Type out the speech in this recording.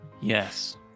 Yes